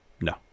No